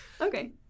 okay